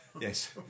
Yes